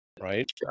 Right